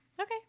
okay